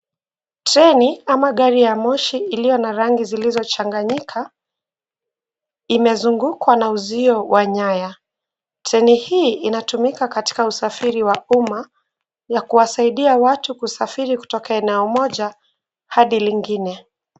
Treni ama gari ya moshi iliyo na rangi zilizochanganyika imezungukwa na uzio wa nyaya. Treni hii inatumika katika usafiri wa umma na kuwasaidia watu kusafiri kutoka eneo moja hadi lingine.